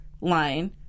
line